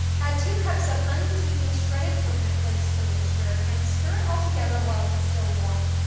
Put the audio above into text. add two cups of unsweetened shredded coconut flakes to the mixture and stir it altogether while it's still warm.